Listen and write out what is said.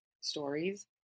stories